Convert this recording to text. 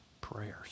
prayers